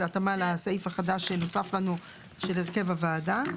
זו התאמה לסעיף החדש שנוסף לנו של הרכב הוועדה.